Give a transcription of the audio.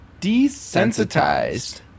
desensitized